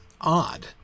odd